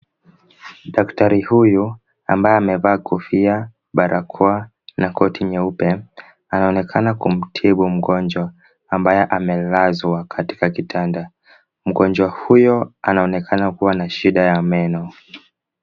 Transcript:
Daktari huyu ambaye amevaa kofia, barakoa na koti nyeupe, anaonekana kumtibu mgonjwa ambaye amelazwa katika kitanda. Mgonjwa huyo anaonekana kuwa na shida ya meno.